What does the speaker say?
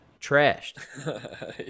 Trashed